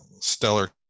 stellar